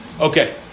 Okay